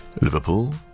Liverpool